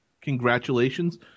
congratulations